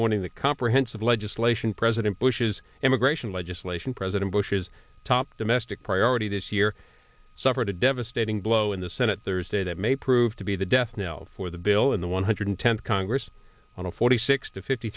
morning that comprehensive legislation president bush's immigration legislation president bush's top domestic priority this year suffered a devastating blow in the senate thursday that may prove to be the death knell for the bill in the one hundred tenth congress on a forty six to fifty